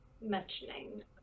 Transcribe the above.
mentioning